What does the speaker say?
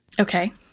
Okay